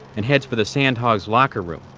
and heads for the sandhogs' locker room,